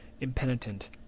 impenitent